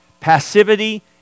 passivity